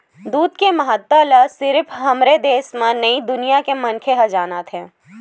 दूद के महत्ता ल सिरिफ हमरे देस म नइ दुनिया के मनखे ह जानत हे